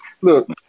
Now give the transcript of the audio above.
Look